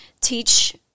teach